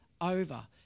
over